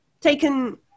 taken